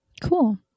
cool